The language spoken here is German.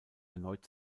erneut